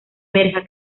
verja